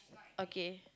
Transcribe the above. okay